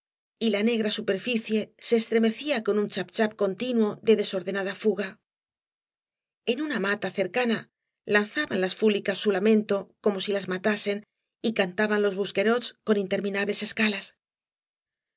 y la negra superficie se estremecía con un chap chap continuo de desordenada fuga eo una mata cercana lanzaban las fúlicas su lamento como si las matasen y cantabau los buxqueróts con interminables escalas